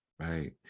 Right